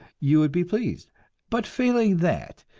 you would be pleased but failing that,